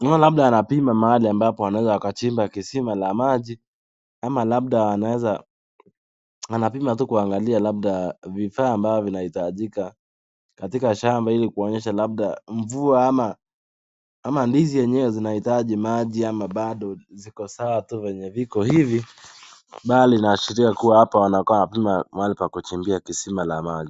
naona labda anapima mahali ambapo anaweza akachimba kisima la maji ama labda anaweza anapima tu kuangalia labda vifaa ambavyo vinahitajika katika shamba ili kuonyesh labda mvua ama ndizi yenyewe zinahitaji maji ama bado ziko sawa tu venye viko hivi bali inaashiria kuwa watu hapa wanapima mahali pa kuchimbia kisima la maji.